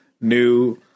new